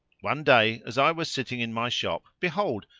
one day, as i was sitting in my shop, behold,